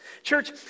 Church